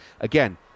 Again